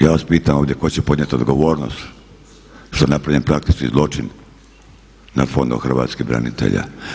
Ja vas pitam ovdje tko će podnijeti odgovornost što je napravljen praktično zločin nad Fondom hrvatskih branitelja?